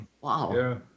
Wow